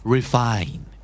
Refine